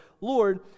lord